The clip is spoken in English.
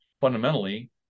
fundamentally